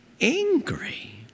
angry